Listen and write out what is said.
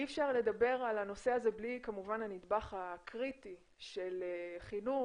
אי אפשר לדבר על הנושא בלי כמובן הנדבך הקריטי של חינוך,